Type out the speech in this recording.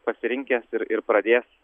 pasirinkęs ir ir pradės